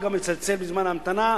וגם לצלצל בזמן ההמתנה,